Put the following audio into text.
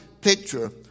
picture